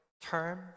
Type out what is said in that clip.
term